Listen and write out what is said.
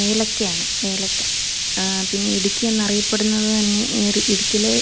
ഏലക്ക ആണ് ഏലക്ക പിന്നെ ഇടുക്കി എന്നറിയപ്പെടുന്നത് തന്നെ ഈറ് ഇടുക്കീലെ